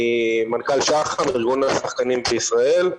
אני מנכ"ל שח"ם, ארגון השחקנים בישראל.